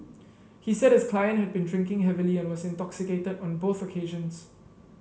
he said his client had been drinking heavily and was intoxicated on both occasions